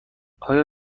آیا